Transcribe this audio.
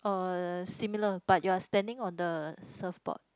uh similar but you are standing on the surf board